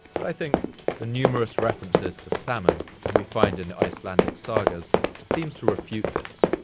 but i think the numerous references to salmon that we find in icelandic sagas seems to refute this,